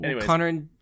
Connor